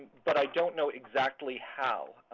but i don't know exactly how.